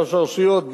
שלוש הרשויות,